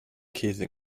käsig